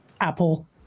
Apple